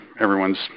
everyone's